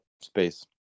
space